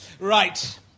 Right